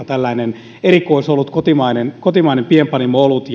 tällainen erikoisolut kotimainen kotimainen pienpanimon olut